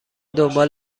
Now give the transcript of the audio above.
دنبال